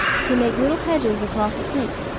to make little hedges across a creek,